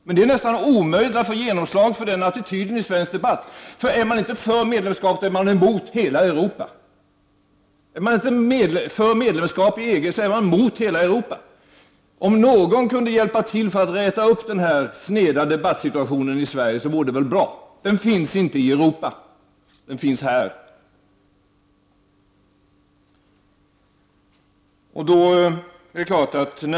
Men det är nästan omöjligt att få genomslag för den attityden i svensk debatt. Är man inte för medlemskap i EG, då är man emot hela Europa! Om någon kunde hjälpa till att räta upp denna sneda debattsituation i Sverige vore det bra. Den finns inte i Europa, den finns här.